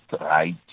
right